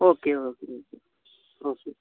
okay okay okay okay